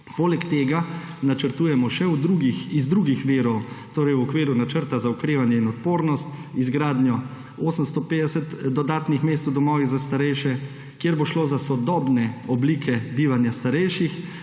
Poleg tega, načrtujemo še iz drugih virov, torej v okviru Načrta za okrevanje in odpornost, izgradnjo 850 dodatnih mest v domovih za starejše, kjer bo šlo za sodobne oblike bivanja starejših.